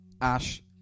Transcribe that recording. Ash